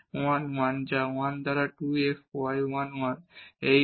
1 1 যা 1 by 2 f y 1 1 হবে